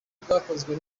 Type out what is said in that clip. bwakozwe